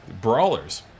brawlers